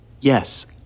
Yes